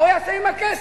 מה הוא יעשה עם הכסף?